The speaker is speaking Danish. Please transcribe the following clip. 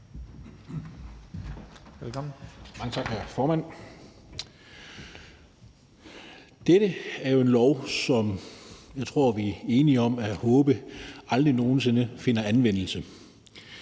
(LA): Mange tak, formand. Dette er jo en lov, som jeg tror vi er sammen om at håbe aldrig nogen sinde finder anvendelse.